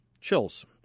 Chills